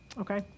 okay